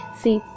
see